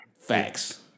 Facts